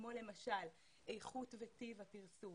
כמו למשל איכות וטיב הפרסום,